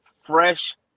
fresh